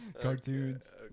Cartoons